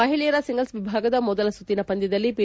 ಮಹಿಳೆಯರ ಸಿಂಗಲ್ಲ್ ವಿಭಾಗದ ಮೊದಲ ಸುತ್ತಿನ ಪಂದ್ಲದಲ್ಲಿ ಪಿ